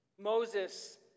Moses